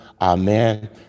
Amen